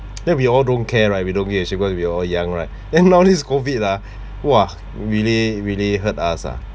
then we all don't care right we don't care is because we all young right then now this COVID ah !wah! really really hurt us lah